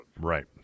Right